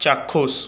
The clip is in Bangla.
চাক্ষুষ